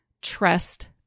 Trust